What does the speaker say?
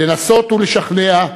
לנסות ולשכנע,